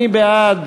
מי בעד?